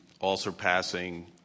all-surpassing